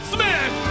Smash